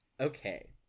Okay